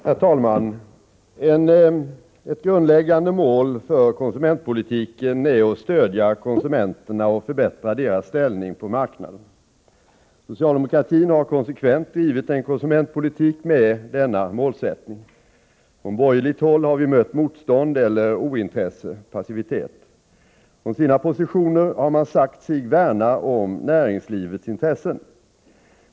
Herr talman! Ett grundläggande mål för konsumentpolitiken är att stödja konsumenterna och förbättra deras ställning på marknaden. Socialdemokratin har konsekvent drivit en konsumentpolitik med denna målsättning. Från borgerligt håll har vi mött motstånd eller ointresse, passivitet. Från sina positioner har man sagt sig värna om näringslivets intressen.